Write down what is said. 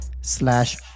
slash